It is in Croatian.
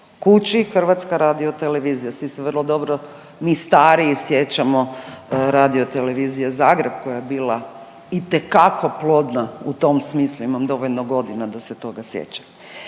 se proizvodi u kući HRT. Svi se vrlo dobro, mi stariji sjećamo, Radiotelevizije Zagreb koja je bila itekako plodna u tom smislu. Imam dovoljno godina da se toga sjećam.